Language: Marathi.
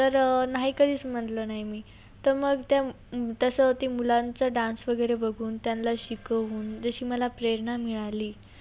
तर नाही कधीच म्हटलं नाही मी तर मग त्या तसं त्या मुलांचा डान्स वगैरे बघून त्यांना शिकवून जशी मला प्रेरणा मिळाली